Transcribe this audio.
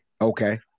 Okay